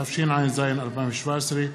התשע"ז 2017,